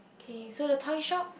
okay so the toy shop